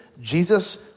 Jesus